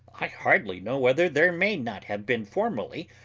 i hardly know whether there may not have been formerly,